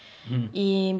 mmhmm